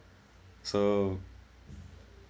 so